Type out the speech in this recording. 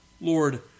Lord